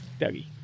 Dougie